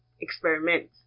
experiment